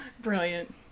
Brilliant